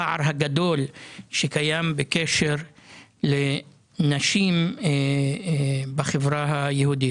הפער הגדול שקיים בין נשים ערביות לבין נשים בחברה היהודית?